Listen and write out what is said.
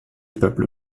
peuple